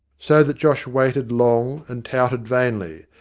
so that josh waited long and touted vainly,